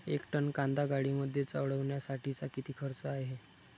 एक टन कांदा गाडीमध्ये चढवण्यासाठीचा किती खर्च आहे?